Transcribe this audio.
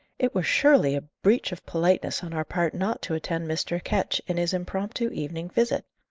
it were surely a breach of politeness on our part not to attend mr. ketch in his impromptu evening visit!